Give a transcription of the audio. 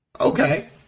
Okay